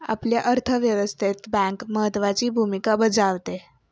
आपल्या अर्थव्यवस्थेत बँक महत्त्वाची भूमिका बजावते